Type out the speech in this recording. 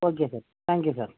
okay sir thank you sir